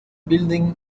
building